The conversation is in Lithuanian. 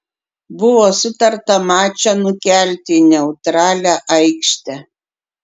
buvo sutarta mačą nukelti į neutralią aikštę